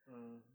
ah